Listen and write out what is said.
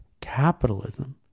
capitalism